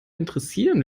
interessieren